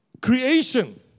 creation